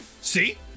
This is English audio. See